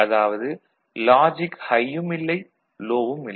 அதாவது logic high யும் இல்லை லோ வும் இல்லை